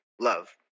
Love